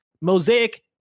mosaic